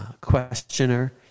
questioner